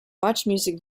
muchmusic